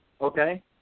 Okay